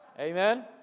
Amen